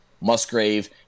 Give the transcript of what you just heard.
musgrave